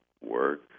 Work